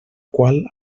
qual